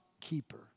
keeper